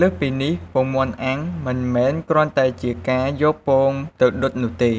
លើសពីនេះ ពងមាន់អាំង មិនមែនគ្រាន់តែជាការយកពងទៅដុតនោះទេ